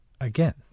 again